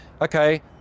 okay